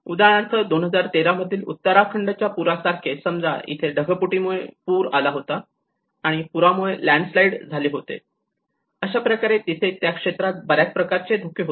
उदाहरणार्थ 2013 मधील उत्तराखंडच्या पुरा सारखे समजा इथे ढगफुटी मुळे पूर आला होता आणि पुरामुळे लँड स्लाईड झाले होते अशाप्रकारे तिथे त्या क्षेत्रात बऱ्याच प्रकारचे धोके होते